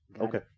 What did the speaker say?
Okay